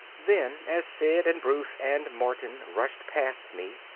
then as sid and bruce and martin rushed past me,